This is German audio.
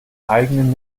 eigenen